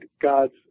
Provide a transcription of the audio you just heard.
God's